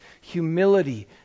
humility